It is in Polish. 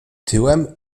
tyłem